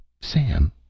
Sam